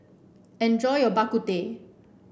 enjoy your Bak Kut Teh